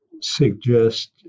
suggest